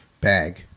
bag